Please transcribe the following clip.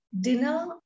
dinner